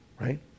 right